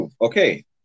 Okay